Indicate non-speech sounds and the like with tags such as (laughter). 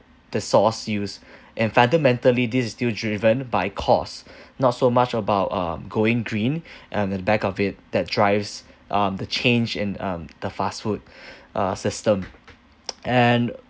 the sauce use (breath) and fundamentally this is still driven by cost (breath) not so much about um going green (breath) and at the back of it that drives um the change in um the fast food (breath) uh system (noise) and